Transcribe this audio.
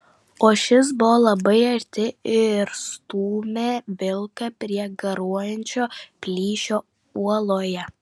o šis buvo labai arti ir stūmė vilką prie garuojančio plyšio uoloje